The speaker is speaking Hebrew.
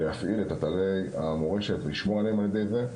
להפעיל את אתרי המורשת ולשמור עליהם על ידי זה.